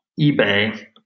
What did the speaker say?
eBay